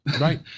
Right